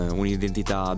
un'identità